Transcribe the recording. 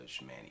Manny